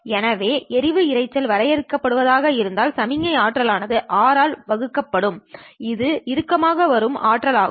எனவே எறிவு இரைச்சல் வரையறுக்கப்பட்டவை ஆக இருந்தால் சமிக்ஞை ஆற்றல் ஆனது R ஆல் வழங்கப்படுகிறது இது இறுக்கமாக வரும் ஆற்றல் ஆகும்